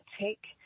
take